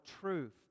truth